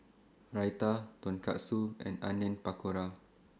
Raita Tonkatsu and Onion Pakora